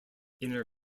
inner